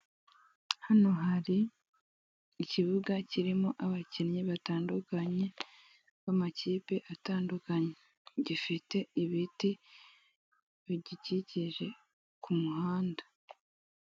Hano hari ikibuga kirimo abakinnyi batandukanye, b'amakipe atandukanye, gifite ibiti bigikikije ku muhanda.